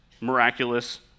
miraculous